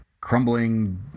crumbling